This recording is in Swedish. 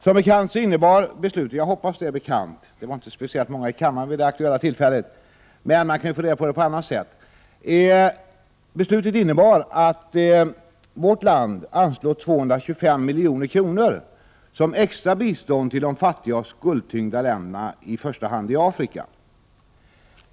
Som bekant innebär beslutet — jag hoppas att det är bekant, det var nämligen inte så många i kammaren vid det aktuella tillfället, men man kan ju få reda på det på annat sätt — att Sverige anslår 225 milj.kr. i extra bistånd till fattiga och skuldtyngda länder i första hand i Afrika.